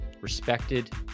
respected